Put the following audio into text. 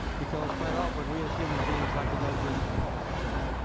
because quite often we, as human beings, like to know just a part of the truth,